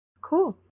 Cool